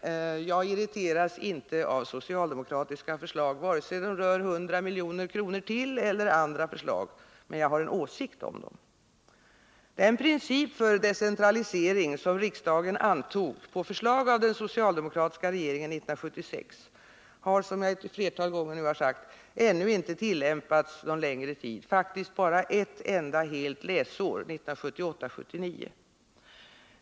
Jag irriteras inte av socialdemokratiska förslag, vare sig de rör 100 milj.kr. till eller någonting annat. Men jag har en åsikt om dem. Den princip för decentralisering som riksdagen antog på förslag av den socialdemokratiska regeringen 1976 har, som jag ett flertal gånger nu har sagt, ännu inte tillämpats någon längre tid — faktiskt bara ett enda helt läsår, nämligen 1978/79.